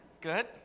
Good